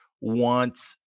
wants